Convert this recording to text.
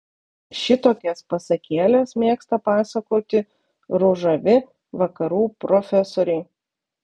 šitokias pasakėles mėgsta pasakoti ružavi vakarų profesoriai